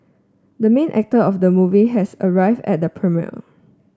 the main actor of the movie has arrived at the premiere